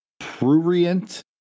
prurient